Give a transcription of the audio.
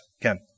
Ken